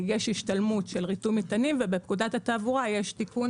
יש השתלמות של ריתום מטענים ובפקודת התעבורה יש תיקון